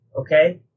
okay